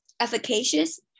efficacious